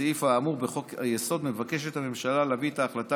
האמור בחוק-היסוד מבקשת הממשלה להביא את ההחלטה